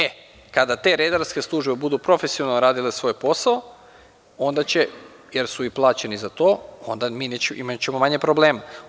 E, kada te redarske službe budu profesionalno radile svoj posao onda će, jer su i plaćeni za to, onda imaćemo manje problema.